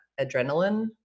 adrenaline